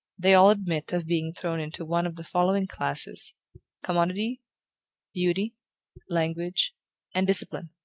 they all admit of being thrown into one of the following classes commodity beauty language and discipline.